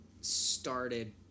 Started